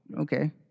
Okay